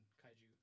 kaiju